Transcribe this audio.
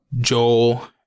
Joel